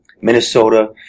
Minnesota